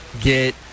get